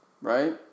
right